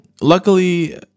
luckily